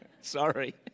Sorry